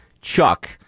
chuck